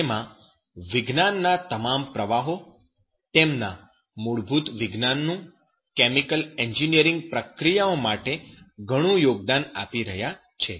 જેમાં વિજ્ઞાનના તમામ પ્રવાહો તેમના મૂળભૂત વિજ્ઞાનનું કેમિકલ એન્જિનિયરીંગ પ્રક્રિયાઓ માટે ઘણું યોગદાન આપી રહ્યા છે